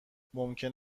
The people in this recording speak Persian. ممکن